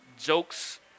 jokes